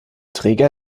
träger